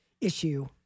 issue